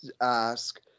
ask